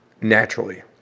naturally